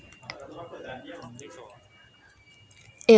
ya